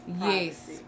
Yes